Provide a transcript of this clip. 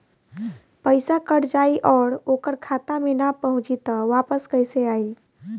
पईसा कट जाई और ओकर खाता मे ना पहुंची त वापस कैसे आई?